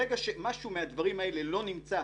ברגע שמשהו מהדברים האלה לא נמצא,